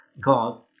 god